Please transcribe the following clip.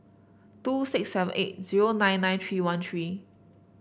two six seven eight zero nine nine three one three